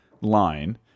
line